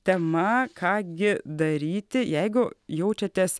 tema ką gi daryti jeigu jaučiatės